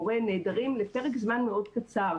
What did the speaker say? מורה נעדרים לפרק זמן מאוד קצר.